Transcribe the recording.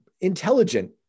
intelligent